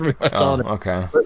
Okay